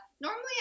Normally